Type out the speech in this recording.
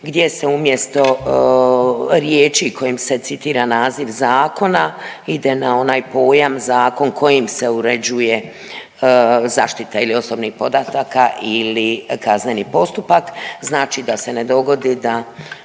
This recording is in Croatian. gdje se umjesto riječi kojim se citira naziv zakona, ide na onaj pojam zakon kojim se uređuje zaštita ili osobnih podataka ili kazneni postupak, znači da se ne dogodi da